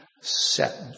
set